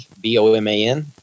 B-O-M-A-N